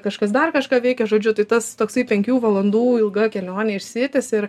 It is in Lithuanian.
kažkas dar kažką veikia žodžiu tai tas toksai penkių valandų ilga kelionė išsitęsia ir